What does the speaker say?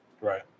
Right